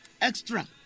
Extra